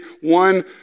One